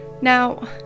Now